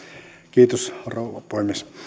kiitos rouva puhemies